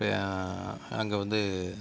அங்கே வந்து